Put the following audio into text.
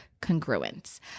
congruence